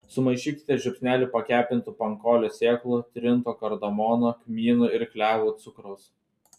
sumaišykite žiupsnelį pakepintų pankolio sėklų trinto kardamono kmynų ir klevų cukraus